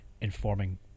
informing